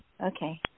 Okay